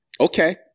okay